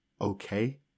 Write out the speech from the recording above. okay